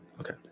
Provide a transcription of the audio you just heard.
okay